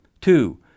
Two